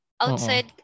outside